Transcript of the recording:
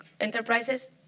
enterprises